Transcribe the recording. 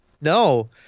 No